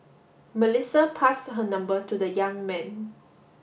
Melissa passed her number to the young man